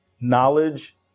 knowledge